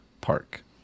Park